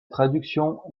traduction